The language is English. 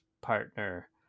partner